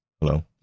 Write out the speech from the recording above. hello